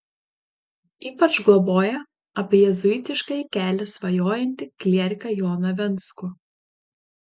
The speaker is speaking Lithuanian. ypač globoja apie jėzuitiškąjį kelią svajojantį klieriką joną venckų